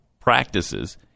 practices